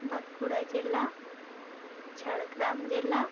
ᱵᱟᱸᱠᱩᱲᱟ ᱡᱮᱞᱟ ᱡᱷᱟᱲᱜᱨᱟᱢ ᱡᱮᱞᱟ